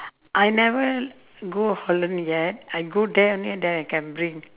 I never go holland yet I go there only then I can bring